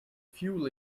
fuel